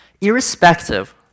Irrespective